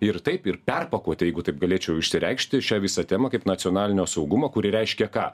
ir taip ir perpakuoti jeigu taip galėčiau išsireikšti šią visą temą kaip nacionalinio saugumo kuri reiškia ką